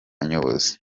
nyobozi